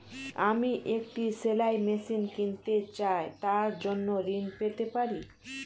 আমি একটি সেলাই মেশিন কিনতে চাই তার জন্য ঋণ পেতে পারি?